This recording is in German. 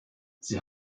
sie